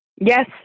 Yes